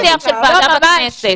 זה לא עניין של ועדה בכנסת.